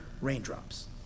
raindrops